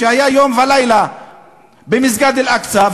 שהיה יום ולילה במסגד אל-אקצא,